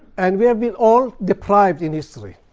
and we have been all deprived in history.